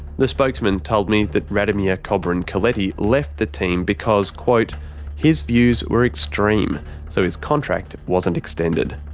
the spokesman told me that radomir kobryn-coletti left the team because quote his views were extreme so his contract wasn't extended.